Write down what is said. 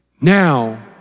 now